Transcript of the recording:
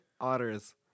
Otters